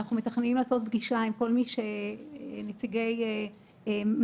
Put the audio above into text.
אנחנו מתכננים לעשות פגישה עם כל נציגי מטא,